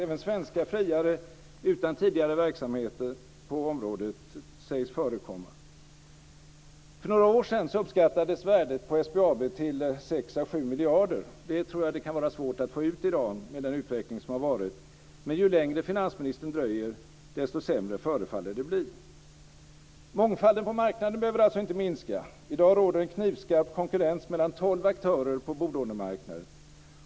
Även svenska friare utan tidigare verksamheter på området sägs förekomma. För några år sedan uppskattades värdet på SBAB till 6-7 miljarder. Det tror jag kan vara svårt att få ut i dag, med den utveckling som varit. Men ju längre finansministern dröjer, desto sämre förefaller det bli. Mångfalden på marknaden behöver alltså inte minska. I dag råder en knivskarp konkurrens mellan tolv aktörer på bolånemarknaden.